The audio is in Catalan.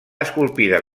esculpida